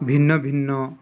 ଭିନ୍ନ ଭିନ୍ନ